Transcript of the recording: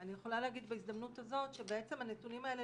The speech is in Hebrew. אני יכולה להגיד בהזדמנות הזאת שבעצם הנתונים האלה